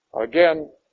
Again